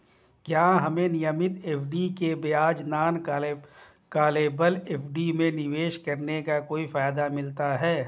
क्या हमें नियमित एफ.डी के बजाय नॉन कॉलेबल एफ.डी में निवेश करने का कोई फायदा मिलता है?